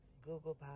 Google